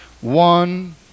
One